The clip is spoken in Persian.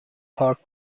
پارک